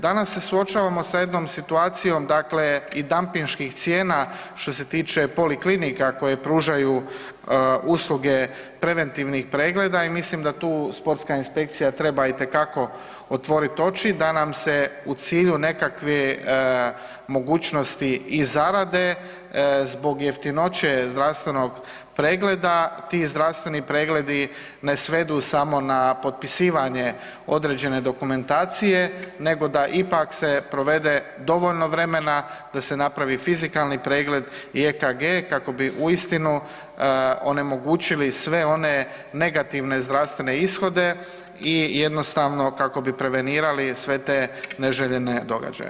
Danas se suočavamo sa jednom situacijom dakle i dampinških cijena što se tiče poliklinika koje pružaju usluge preventivnih pregleda i mislim da tu sportska inspekcija treba itekako otvorit oči da nam se u cilju nekakve mogućnosti i zarade zbog jeftinoće zdravstvenog pregleda, ti zdravstveni pregledi ne svedu samo na potpisivanje određene dokumentacije nego da ipak se provede dovoljno vremena da se napravi fizikalni pregled i EKG kako bi uistinu onemogućili sve one negativne zdravstvene ishode i jednostavno kako bi prevenirali sve te neželjene događaje.